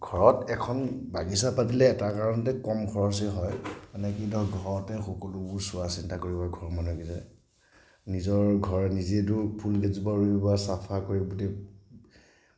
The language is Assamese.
ঘৰত এখন বাগিচা পাতিলে এটাৰ কাৰণতে কম খৰচী হয় মানে কি ধৰক ঘৰতে সকলোবোৰ চোৱা চিতা কৰিব ঘৰৰ মানুহকেইটাই নিজৰ ঘৰ নিজেতো ফুল এজোপা ৰুই বা চাফা কৰি গোটেই